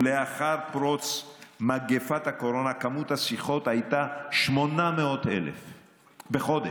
לאחר פרוץ מגפת הקורונה מספר השיחות היה 800,000 בחודש.